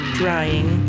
drying